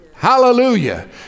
Hallelujah